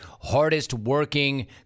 hardest-working